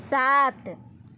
सात